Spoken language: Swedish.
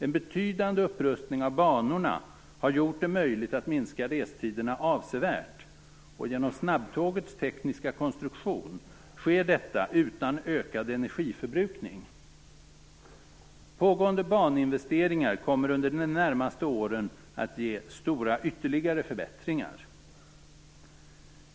En betydande upprustning av banorna har gjort det möjligt att minska restiderna avsevärt, och genom snabbtågets tekniska konstruktion sker detta utan ökad energiförbrukning. Pågående baninvesteringar kommer under de närmaste åren att ge stora ytterligare förbättringar.